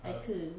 ai keu